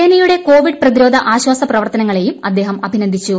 സേനയുടെ കോവിഡ് പ്രതിരോധ ആശ്വാസ പ്രവർത്തനങ്ങളെയും അദ്ദേഹം അഭിനന്ദിച്ചു